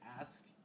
ask